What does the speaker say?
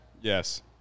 Yes